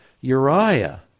Uriah